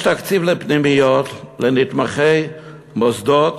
יש תקציב לפנימיות, לנתמכי מוסדות